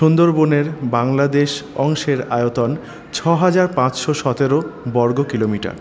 সুন্দরবনের বাংলাদেশ অংশের আয়তন ছহাজার পাঁচশো সতেরো বর্গ কিলোমিটার